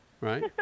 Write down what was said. Right